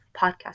podcast